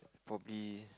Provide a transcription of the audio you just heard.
probably